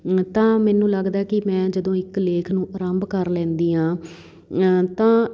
ਤਾਂ ਮੈਨੂੰ ਲੱਗਦਾ ਕਿ ਮੈਂ ਜਦੋਂ ਇੱਕ ਲੇਖ ਨੂੰ ਆਰੰਭ ਕਰ ਲੈਂਦੀ ਹਾਂ ਤਾਂ